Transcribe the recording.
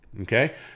okay